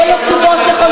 כי אין לו תשובות נכונות,